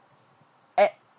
act